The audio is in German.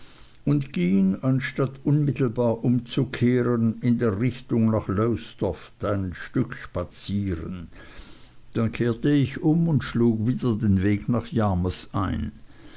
und ging anstatt unmittelbar umzukehren in der richtung nach lowestoft ein stück spazieren dann kehrte ich um und schlug wieder den weg nach yarmouth ein